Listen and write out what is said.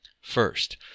First